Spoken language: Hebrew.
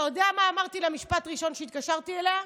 אתה יודע מה היה המשפט הראשון שאמרתי לה כשהתקשרתי אליה?